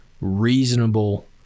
reasonable